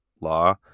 law